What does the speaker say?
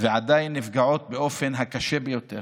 ועדיין נפגעות באופן הקשה ביותר